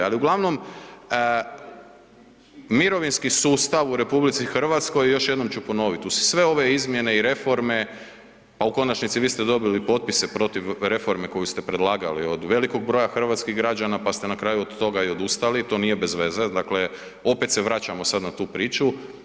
Ali uglavnom, mirovinski sustav u RH, još jednom ću ponovit, uz sve ove izmjene i reforme, a u konačnici, vi ste dobili potpise protiv reforme koju ste predlagali od velikog broja hrvatskih građana pa ste na kraju od toga i odustali, to nije bezveze, dakle opet se vraćamo sad na tu priču.